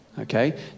okay